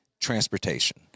transportation